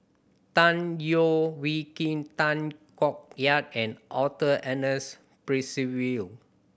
Tan Leo Wee Hin Tay Koh Yat and Arthur Ernest Percival